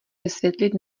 vysvětlit